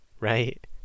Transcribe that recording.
Right